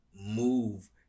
move